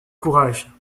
courage